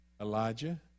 Elijah